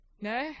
No